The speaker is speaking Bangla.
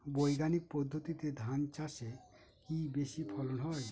বৈজ্ঞানিক পদ্ধতিতে ধান চাষে কি বেশী ফলন হয়?